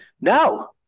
No